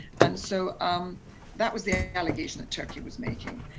and so um that was the allegation that turkey was making,